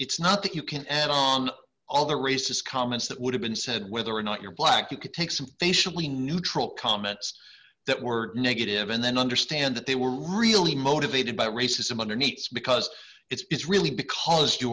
it's not that you can add on all the racist comments that would have been said whether or not you're black you could take some facially neutral comments that were negative and then understand that they were really motivated by racism underneath it's because it's really because you